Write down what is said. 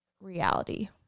reality